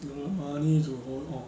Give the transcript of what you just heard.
the money to hold orh